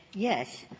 yes,